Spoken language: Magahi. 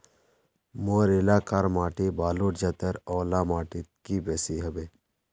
मोर एलाकार माटी बालू जतेर ओ ला माटित की बेसी हबे?